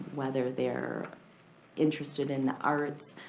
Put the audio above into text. whether they're interested in arts,